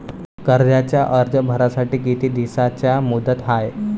कर्जाचा अर्ज भरासाठी किती दिसाची मुदत हाय?